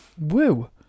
Woo